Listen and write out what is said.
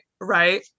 right